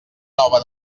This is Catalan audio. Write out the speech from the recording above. nova